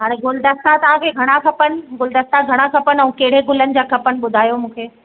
हाणे गुलदस्ता तव्हांखे घणा खपनि गुलदस्ता घणा खपनि ऐं कहिड़े गुलनि जा खपनि ॿुधायो मूंखे